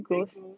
very gross